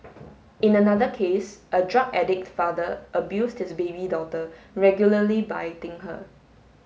in another case a drug addict father abused his baby daughter regularly biting her